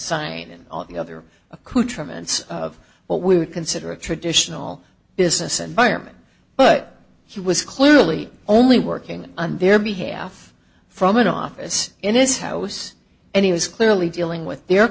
accoutrements of what we would consider a traditional business environment but he was clearly only working on their behalf from an office in his house and he was clearly dealing with their